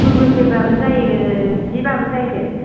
Google Pay बाबो जायो जि बाबो जायो दे